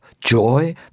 joy